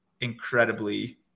incredibly